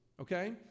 okay